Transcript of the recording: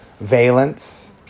valence